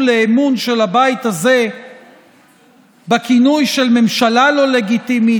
לאמון של הבית הזה בכינוי של "ממשלה לא לגיטימית"